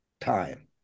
time